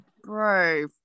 Bro